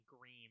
green